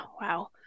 wow